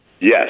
Yes